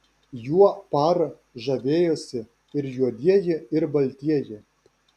juo par žavėjosi ir juodieji ir baltieji